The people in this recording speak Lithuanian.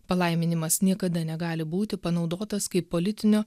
palaiminimas niekada negali būti panaudotas kaip politinio